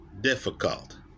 difficult